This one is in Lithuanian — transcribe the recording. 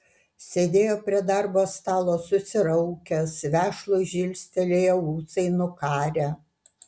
sėdėjo prie darbo stalo susiraukęs vešlūs žilstelėję ūsai nukarę